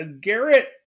Garrett